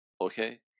okay